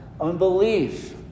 unbelief